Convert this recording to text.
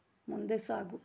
ಮುಂದೆ ಸಾಗು